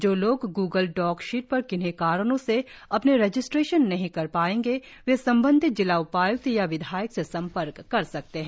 जो लोग Google doc sheet पर किन्ही कारणों से अपने रेजिस्ट्रेशन नहीं कर पायेंगे वे संबंधित जिला उपायुक्त या विधायक से संपर्क कर सकते है